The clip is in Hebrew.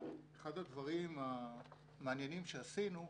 אחד הדברים המעניינים שעשינו,